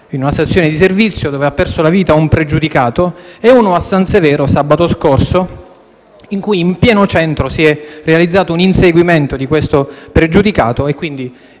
in una stazione di servizio dove ha perso la vita un pregiudicato e uno a San Severo, sabato scorso, quando in pieno centro si è realizzato un inseguimento di un altro pregiudicato che